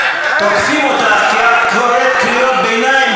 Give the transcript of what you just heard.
תוקפים אותך שאת קוראת קריאות ביניים,